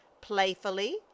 Playfully